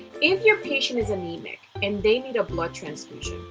if your patient is anemic and they need a blood transfusion,